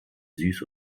süß